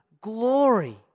glory